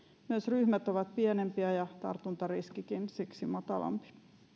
myös ryhmät ovat pienempiä ja tartuntariskikin on siksi matalampi